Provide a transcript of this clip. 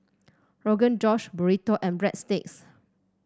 Rogan Josh Burrito and Breadsticks